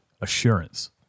assurance